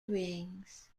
rings